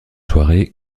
soirée